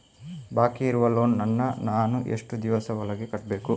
ಬಾಕಿ ಇರುವ ಲೋನ್ ನನ್ನ ನಾನು ಎಷ್ಟು ದಿವಸದ ಒಳಗೆ ಕಟ್ಟಬೇಕು?